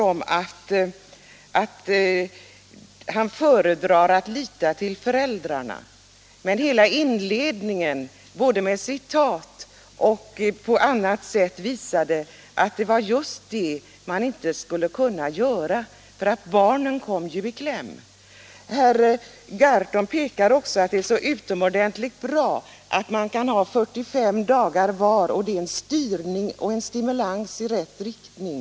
Herr Gahrton säger att han föredrar att lita till föräldrarna, men hela inledningen visade både med citat och på annat sätt att det just var detta man inte skulle kunna göra därför att barnen då skulle komma i kläm. Herr Gahrton pekar vidare på att det är utomordentligt bra att man kan ha 45 dagar var och att det är en styrning och en stimulans i rätt riktning.